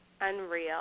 unreal